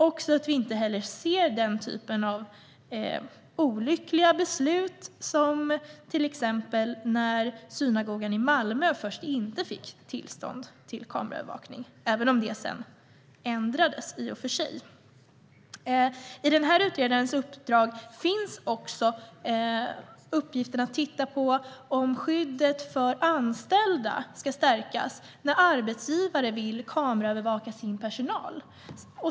Det ska inte heller leda till den typen av olyckliga beslut som när synagogan i Malmö först inte fick tillstånd för kameraövervakning, även om det i och för sig ändrades senare. Utredningen har också i uppgift att titta på om skyddet för anställda ska stärkas när arbetsgivare vill kameraövervaka sin personal.